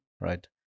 right